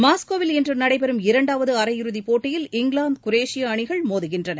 மாஸ்கோவில் இன்று நடைபெறும் இரண்டாவது அரையிறுதி போட்டியில் இங்கிலாந்து குரேஷியா அணிகள் மோதுகின்றன